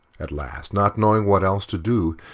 at last, not knowing what else to do,